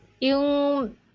yung